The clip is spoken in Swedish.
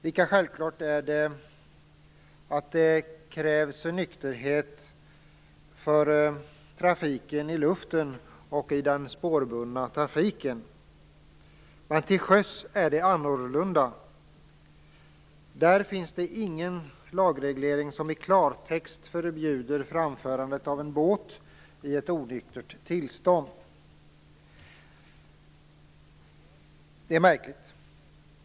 Lika självklart är det att det krävs nykterhet för trafiken i luften och för den spårbundna trafiken. Men till sjöss är det annorlunda. Där finns det ingen lagreglering som i klartext förbjuder framförandet av en båt i ett onyktert tillstånd. Det är märkligt.